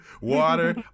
water